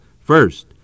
First